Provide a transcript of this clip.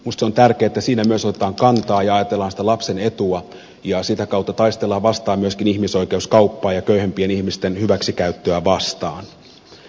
minusta on tärkeää että siinä myös otetaan kantaa ja ajatellaan sitä lapsen etua ja sitä kautta taistellaan myöskin ihmisoikeuskauppaa ja köyhimpien ihmisten hyväksikäyttöä vastaan